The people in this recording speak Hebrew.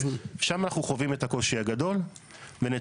שם אנחנו חווים את הקושי הגדול ונתאר